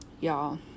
y'all